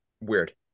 Weird